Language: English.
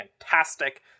fantastic